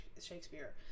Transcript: shakespeare